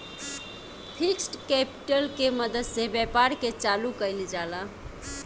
fixed capital के मदद से व्यापार के चालू कईल जाला